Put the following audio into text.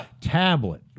tablet